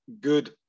good